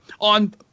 on